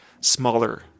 smaller